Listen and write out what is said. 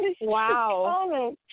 Wow